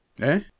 Eh